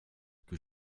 que